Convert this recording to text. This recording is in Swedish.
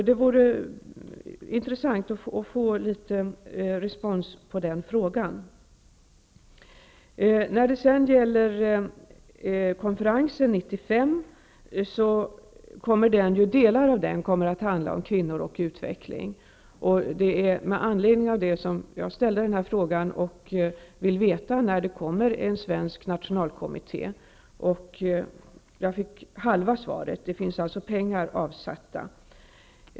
Det vore intressant att få litet respons på den frågan. Delar av konferensen 1995 kommer att handla om kvinnor och utveckling. Det är med anledning av detta som jag ställde frågan och vill veta när det kommer en svensk nationalkommitté. Jag fick halva svaret -- det finns alltså pengar avsatta.